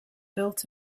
built